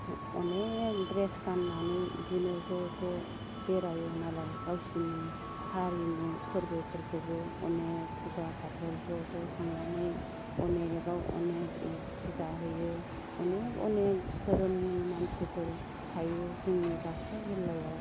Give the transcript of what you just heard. अनेख ड्रेस गाननानै इदिनो ज' ज' बेरायो मालाय गावसिनि हारिमु फोरबोफोरखौबो अनेख फुजा फाथल ज' ज' थांनानै अनेखआव अनेख फुजा होयो अनेख अनेख धोरोमनि मानसिफोर थायो जोंनि बाकसा जिल्लायाव